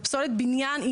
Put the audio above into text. פסולת בניין,